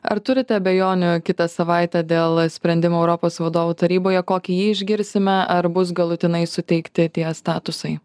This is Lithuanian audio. ar turite abejonių kitą savaitę dėl sprendimo europos vadovų taryboje kokią jį išgirsime ar bus galutinai suteikti tie statusai